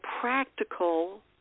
practical